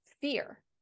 fear